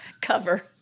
cover